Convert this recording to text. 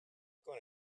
going